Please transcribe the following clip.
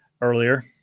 earlier